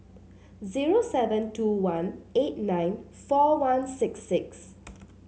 zero seven two one eight nine four one six six